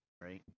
right